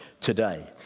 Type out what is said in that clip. today